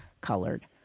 colored